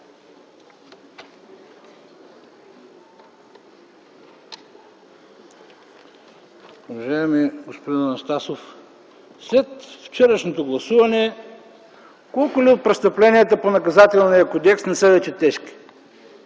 Уважаеми господин Анастасов, след вчерашното гласуване колко ли от престъпленията по Наказателния кодекс не са вече тежки?